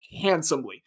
handsomely